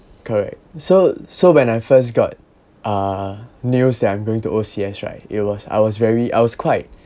correct so so when I first got uh news that I'm going to O_C_S right it was I was very I was quite